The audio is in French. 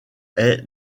est